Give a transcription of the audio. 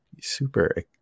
super